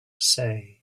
say